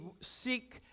seek